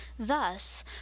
Thus